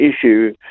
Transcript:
issue